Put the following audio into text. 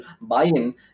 buy-in